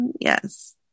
yes